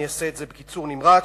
אני אעשה את זה בקיצור נמרץ: